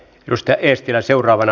edustaja eestilä seuraavana